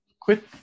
Quit